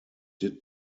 did